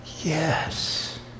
yes